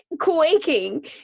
quaking